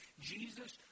Jesus